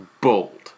bold